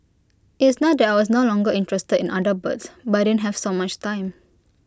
it's not that I was no longer interested in other birds but I didn't have so much time